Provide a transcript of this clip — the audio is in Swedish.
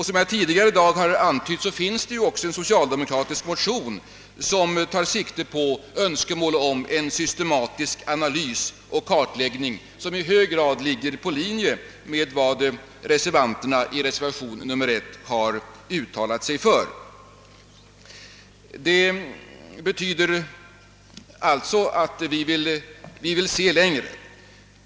Som jag tidigare i dag har nämnt finns också en socialdemokratisk motion som tar sikte på en systematisk analys och kartläggning, vilket i hög grad ligger i linje med vad reservanterna i reservationen 1 har uttalat sig för. Det betyder alltså att vi vill se längre.